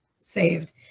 saved